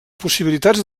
possibilitats